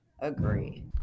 agree